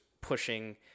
pushing